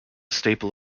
staple